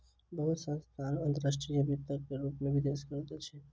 बहुत संस्थान अंतर्राष्ट्रीय वित्तक रूप में निवेश करैत अछि